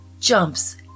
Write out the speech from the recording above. jumps